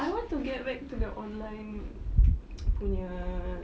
I want to get back to the online punya